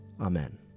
Amen